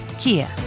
Kia